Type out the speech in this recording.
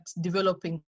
developing